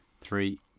Three